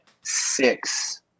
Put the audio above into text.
six